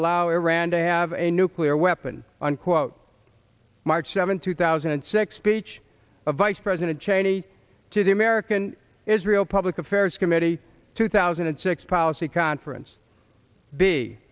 allow iran to have a nuclear weapon unquote march seventh two thousand and six speech of vice president cheney to the american israel public affairs committee two thousand and six policy conference b